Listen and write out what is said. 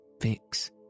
Fix